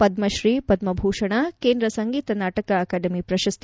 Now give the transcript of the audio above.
ಪದ್ಧತ್ರೀ ಪದ್ಧಭೂಷಣ ಕೇಂದ್ರ ಸಂಗೀತ ನಾಟಕ ಅಕಾಡಮಿ ಪ್ರಶಸ್ತಿ